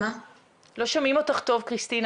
ואחוז האנשים המכורים לאלכוהול הוא אחוז קטן